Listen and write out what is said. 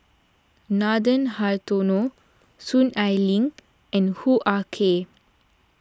Nathan Hartono Soon Ai Ling and Hoo Ah Kay